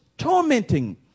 tormenting